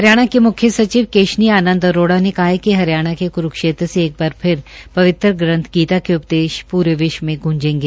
हरियाणा की मुख्य सचिव केशनी आनंद अरोड़ा ने कहा कि हरियाणा के क्रुक्षेत्र से एक बार फिर पवित्र ग्रन्थ गीता के उपदेश पूरे विश्व में गूंजेंगा